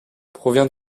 provient